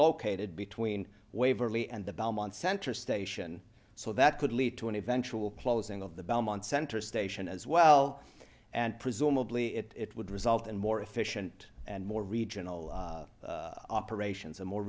located between waverly and the belmont center station so that could lead to an eventual closing of the belmont center station as well and presumably it would result in more efficient and more regional operations and more